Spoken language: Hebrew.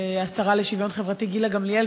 השרה לשוויון חברתי גילה גמליאל,